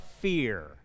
fear